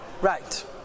Right